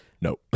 No